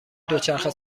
دوچرخه